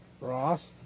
Ross